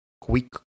quick